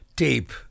tape